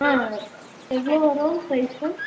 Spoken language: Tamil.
ஆ எவ்வளோ வரும் ப்ரைஸு